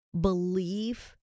believe